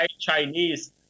Chinese